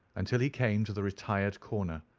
until he came to the retired corner,